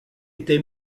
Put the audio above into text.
était